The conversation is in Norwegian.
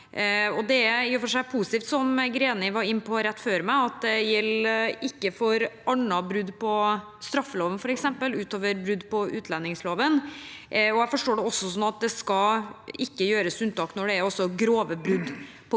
for seg positivt, som Greni var inne på rett før meg, at det ikke gjelder for andre brudd – på straffeloven f.eks. – utover brudd på utlendingsloven. Jeg forstår det også sånn at det ikke skal gjøres unntak når det er grove brudd på utlendingsloven.